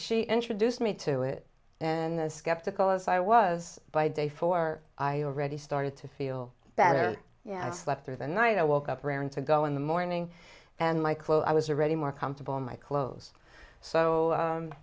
she introduced me to it and the skeptical as i was by day four i already started to feel better yeah i slept through the night woke up raring to go in the morning and my clothes i was already more comfortable in my clothes so